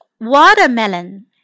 Watermelon